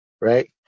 right